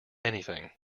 anything